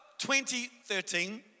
2013